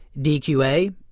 DQA